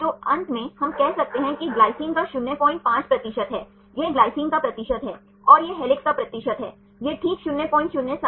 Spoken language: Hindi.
तो अंत में हम कह सकते हैं कि यह ग्लाइसिन का 05 प्रतिशत है यह ग्लाइसिन का प्रतिशत है और यह हेलिक्स का प्रतिशत है यह ठीक 0075 है